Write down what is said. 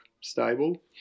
stable